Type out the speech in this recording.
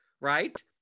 Right